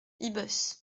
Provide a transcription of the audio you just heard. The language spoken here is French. ibos